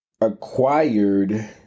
acquired